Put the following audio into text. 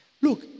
Look